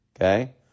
okay